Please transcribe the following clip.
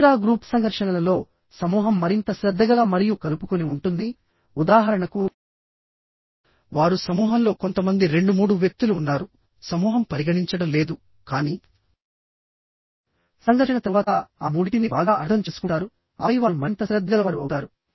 intra group సంఘర్షణలలో సమూహం మరింత శ్రద్ధగల మరియు కలుపుకొని ఉంటుంది ఉదాహరణకువారు సమూహంలో కొంతమంది 2 3 వ్యక్తులు ఉన్నారు సమూహం పరిగణించడం లేదు కానీ సంఘర్షణ తరువాత ఆ మూడింటిని బాగా అర్థం చేసుకుంటారు ఆపై వారు మరింత శ్రద్ధగలవారు అవుతారు